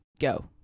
Go